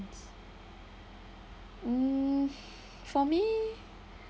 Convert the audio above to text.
mm for me